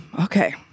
Okay